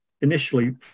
initially